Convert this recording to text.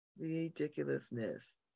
ridiculousness